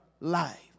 life